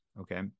Okay